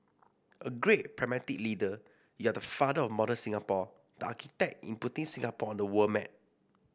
a great pragmatic leader you are the father of modern Singapore the architect in putting Singapore on the world map